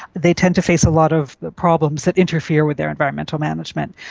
they tend to face a lot of problems that interfere with their environmental management.